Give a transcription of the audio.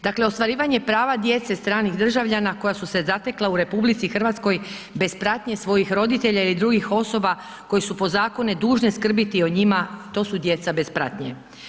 Dakle, ostvarivanje prava djece stranih državljana koja su se zatekla u RH bez pratnje svojih roditelja ili drugih osoba koji su po zakonu dužne skrbiti o njima to su djeca bez pratnje.